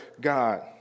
God